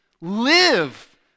Live